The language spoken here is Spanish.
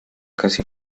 casi